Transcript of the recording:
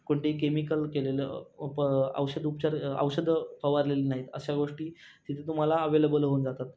कोणतेही केमिकल केलेलं उप औषधोपचार औषधं फवारलेली नाहीत अशा गोष्टी तिथे तुम्हाला अवेलेबल होऊन जातात